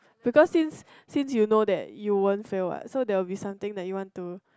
because since since you know that you won't fail what so there will be something that you want to